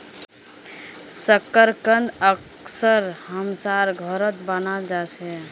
शकरकंद अक्सर हमसार घरत बनाल जा छे